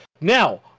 Now